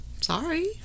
Sorry